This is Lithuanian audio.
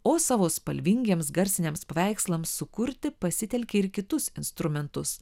o savo spalvingiems garsiniams paveikslams sukurti pasitelkė ir kitus instrumentus